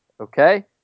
Okay